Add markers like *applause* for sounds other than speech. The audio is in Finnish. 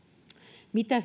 mitä *unintelligible*